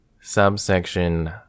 Subsection